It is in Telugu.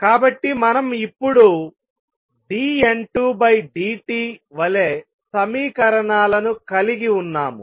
కాబట్టి మనం ఇప్పుడు dN2dt వలె సమీకరణాలను కలిగి ఉన్నాము